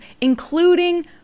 including